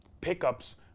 pickups